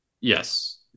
Yes